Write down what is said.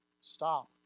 stop